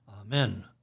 Amen